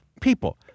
people